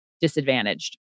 disadvantaged